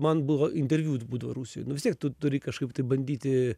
man buvo interviu būdavo rusijoj nu vis tiek tu turi kažkaip tai bandyti